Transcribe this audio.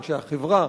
אנשי החברה,